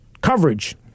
coverage